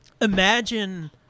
Imagine